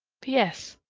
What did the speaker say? p s.